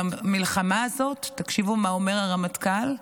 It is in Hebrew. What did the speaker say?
המלחמה הזאת" תקשיבו מה אומר הרמטכ"ל,